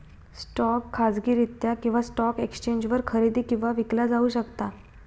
stock खाजगीरित्या किंवा stock एक्सचेंजवर खरेदी आणि विकला जाऊ शकता